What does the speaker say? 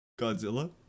Godzilla